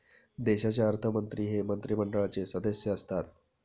देशाचे अर्थमंत्री हे मंत्रिमंडळाचे सदस्य असतात